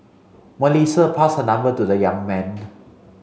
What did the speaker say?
Melissa passed her number to the young man